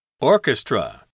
Orchestra